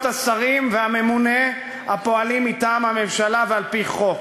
השרים והממונה הפועלים מטעם הממשלה ועל-פי חוק?